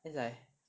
then like